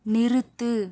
நிறுத்து